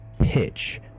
pitch